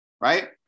right